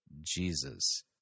Jesus